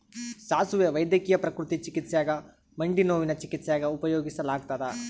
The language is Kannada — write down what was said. ಸಾಸುವೆ ವೈದ್ಯಕೀಯ ಪ್ರಕೃತಿ ಚಿಕಿತ್ಸ್ಯಾಗ ಮಂಡಿನೋವಿನ ಚಿಕಿತ್ಸ್ಯಾಗ ಉಪಯೋಗಿಸಲಾಗತ್ತದ